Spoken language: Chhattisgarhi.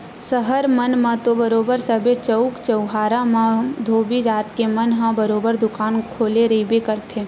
सहर मन म तो बरोबर सबे चउक चउराहा मन म धोबी जात के मन ह बरोबर दुकान खोले रहिबे करथे